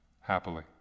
happily